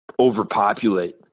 overpopulate